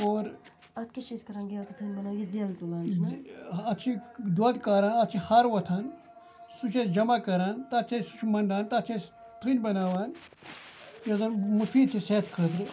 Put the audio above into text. اور اَتھ چھِ دۄد کاران اَتھ چھِ ہر وۄتھان سُہ چھِ أسۍ جمع کَران تَتھ چھِ أسۍ سُہ چھُ منٛدان تَتھ چھِ أسۍ تھٔنۍ بناوان یُس زَن مُفیٖد چھِ صحتہٕ خٲطرٕ